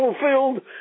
fulfilled